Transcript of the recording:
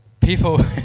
people